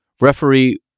Referee